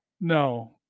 no